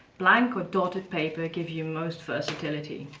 blank or dotted paper gives you most versatility.